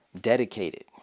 dedicated